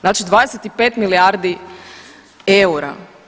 Znači 25 milijardi eura.